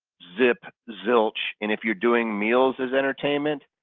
zip, zilch and if you're doing meals as entertainment,